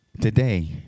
today